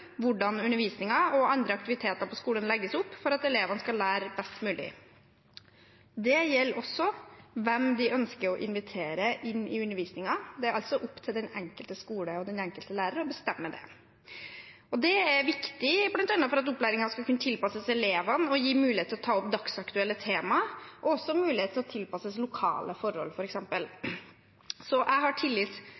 hvordan undervisningen og andre aktiviteter på skolen legges opp for at elevene skal lære best mulig. Det gjelder også hvem de ønsker å invitere inn i undervisningen. Det er altså opp til den enkelte skole og den enkelte lærer å bestemme det. Det er viktig bl.a. for at opplæringen skal kunne tilpasses elevene og gi mulighet til å ta opp dagsaktuelle temaer – og også mulighet til å tilpasses f.eks. lokale forhold.